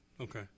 Okay